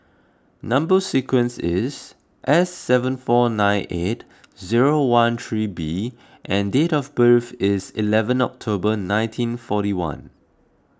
Number Sequence is S seven four nine eight zero one three B and date of birth is eleven October nineteen forty one